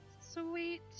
Sweet